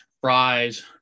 fries